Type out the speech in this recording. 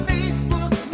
Facebook